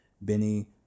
Benny